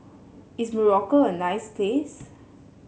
is Morocco a nice place